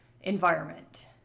environment